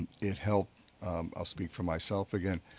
it helped i'll speak for myself again,